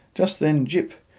just then gyp,